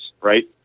right